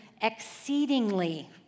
exceedingly